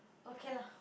okay lah